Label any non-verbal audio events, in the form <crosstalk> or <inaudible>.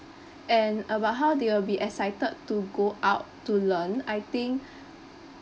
and about how they will be excited to go out to learn I think <breath>